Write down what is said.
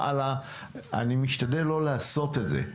אני משתדל לא לעשות את זה,